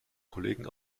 kollegen